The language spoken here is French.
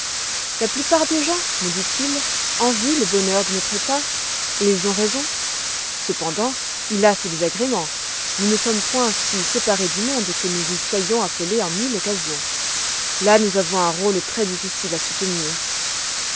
la plupart des gens me dit-il envient le bonheur de notre état et ils ont raison cependant il a ses désagréments nous ne sommes point si séparés du monde que nous n'y soyons appelés en mille occasions là nous avons un rôle très-difficile à soutenir